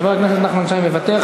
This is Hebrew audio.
חבר הכנסת נחמן שי מוותר.